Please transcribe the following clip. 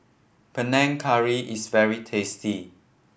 Panang Curry is very tasty